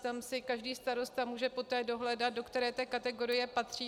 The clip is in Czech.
Tam si každý starosta může poté dohledat, do které kategorie patří.